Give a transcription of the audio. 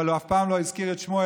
אבל הוא אף פעם לא הזכיר את שמו,